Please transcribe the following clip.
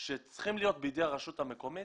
שצריכים להיות בידי הרשות המקומית